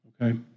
Okay